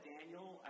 Daniel